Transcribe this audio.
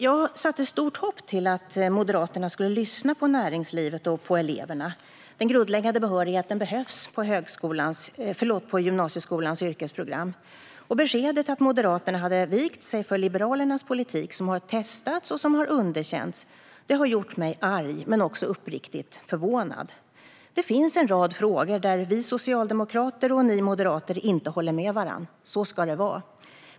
Jag satte stort hopp till att Moderaterna skulle lyssna på näringslivet och eleverna. Den grundläggande behörigheten behövs på gymnasieskolans yrkesprogram. Beskedet att Moderaterna hade vikt sig för Liberalernas politik, som har testats och underkänts, har gjort mig arg men också uppriktigt förvånad. Det finns en rad frågor där vi socialdemokrater och ni moderater inte håller med varandra. Så ska det vara.